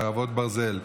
חרבות ברזל)